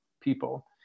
people